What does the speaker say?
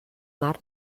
mar